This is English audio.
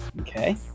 Okay